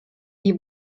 die